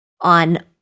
on